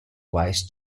vice